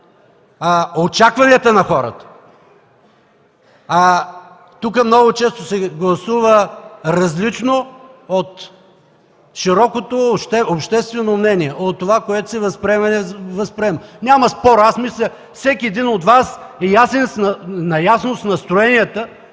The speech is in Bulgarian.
очакванията на хората. Тук много често се гласува различно от широкото обществено мнение, от това, което се възприема. Няма спор, мисля, че всеки един от Вас е наясно с настроенията